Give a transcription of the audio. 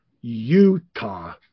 Utah